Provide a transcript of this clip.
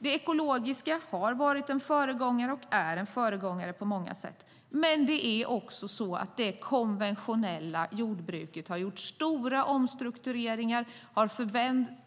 Det ekologiska har varit och är en föregångare på många sätt. Men det konventionella jordbruket har gjort stora omstruktureringar,